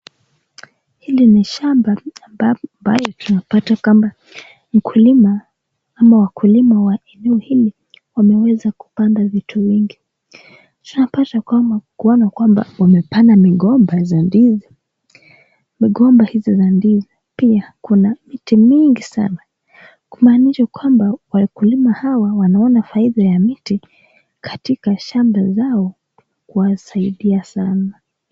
Hili ni shamba ambayo tunapata kwamba mkulima ama wakulima wa eneo hili wamewezakupanda vitu mingi, tunapata kwamba wamepanda migomba za ndizi, migomba hizo za ndizi pia kuna miti mingi sana. Kumaanisha kwamba wakulima hawa wanaona faida ya miti katika shamba zao kuwasaidia sana.